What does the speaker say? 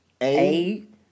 eight